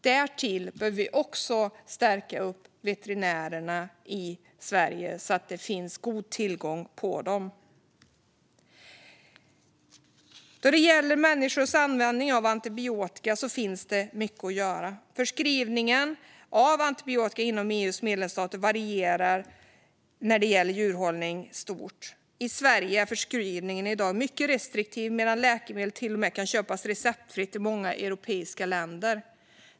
Därtill behöver vi stärka upp veterinärerna i Sverige så att det finns god tillgång på dem. När det gäller människors användning av antibiotika finns det mycket att göra. När det gäller djurhållning varierar förskrivningen av antibiotika stort inom EU:s medlemsstater. I Sverige är förskrivningen i dag mycket restriktiv medan man i många andra europeiska länder till och med kan köpa antibiotika receptfritt.